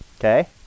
Okay